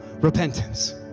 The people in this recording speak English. repentance